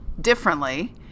differently